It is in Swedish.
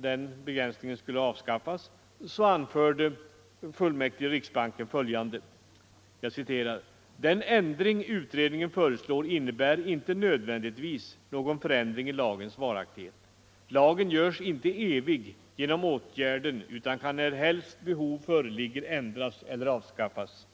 den begränsningen nu skulle avskaffas anförde fullmäktige i riksbanken följande: ”Den ändring utredningen föreslår innebär inte nödvändigtvis någon förändring i lagens varaktighet. Lagen görs inte evig genom åtgärden utan kan närhelst behov föreligger ändras eller avskaffas.